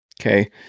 Okay